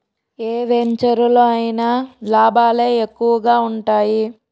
ఏ వెంచెరులో అయినా లాభాలే ఎక్కువగా ఉంటాయి